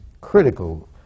critical